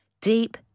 Deep